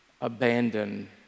abandoned